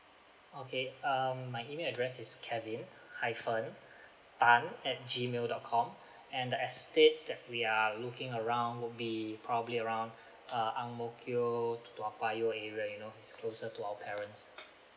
okay um my email address is kevin hyphen tan at G mail dot com and the estates that we are looking around would be probably around uh ang mo kio to toa payoh area you know it's closer to our parents